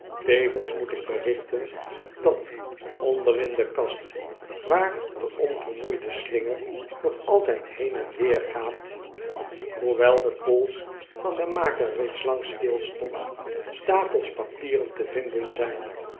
tevens moet ik berichten dat onder in de kast waar de onvermoeide slinger nog altyd heen en weder gaat hoewel de pols van den maker reeds lang stilstond stapels papieren te vinden zijn